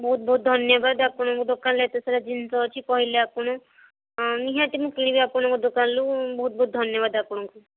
ବହୁତ ବହୁତ ଧନ୍ୟବାଦ ଆପଣଙ୍କ ଦୋକାନରେ ଏତେ ସାରା ଜିନିଷ ଅଛି କହିଲେ ଆପଣ ନିହାତି ମୁଁ କିଣିବି ଆପଣଙ୍କ ଦୋକାନରୁ ବହୁତ ବହୁତ ଧନ୍ୟବାଦ ଆପଣଙ୍କୁ